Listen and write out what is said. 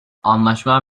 anlaşma